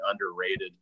underrated